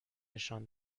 نشان